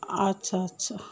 আচ্ছা আচ্ছা